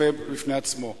יפה בפני עצמו.